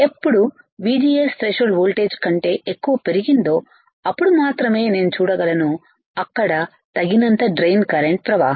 ఎప్పుడుVGS threshold voltage కంటే ఎక్కువ పెరిగిందో అప్పుడు మాత్రమే నేను చూడగలను అక్కడతగినంత డ్రైన్ కరెంటు ప్రవాహం